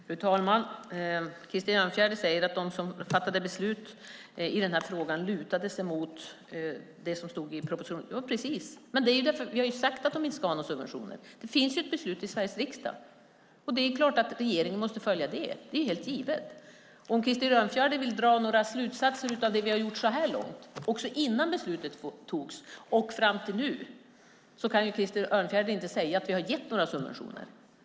Fru talman! Krister Örnfjäder säger att de som fattade beslut i den här frågan lutade sig mot det som stod i propositionen. Ja, precis, vi har ju sagt att de inte ska ha några subventioner. Det finns ett beslut i Sveriges riksdag. Det är klart att regeringen måste följa det. Det är helt givet. Om Krister Örnfjäder vill dra några slutsatser av det vi har gjort så här långt, också innan beslutet togs, kan Krister Örnfjäder inte säga att vi har gett några subventioner.